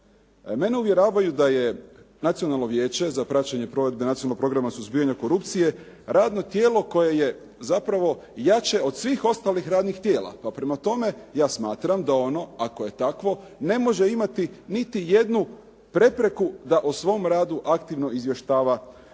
Mene uvjeravaju da je Nacionalno vijeće za praćenje provedbe Nacionalnog programa suzbijanja korupcije radno tijelo koje je zapravo jače od svih ostalih radnih tijela. Pa prema tome ja smatram da ono ako je takvo ne može imati niti jednu prepreku da o svom radu aktivno izvještava ovu